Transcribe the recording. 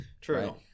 True